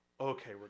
okay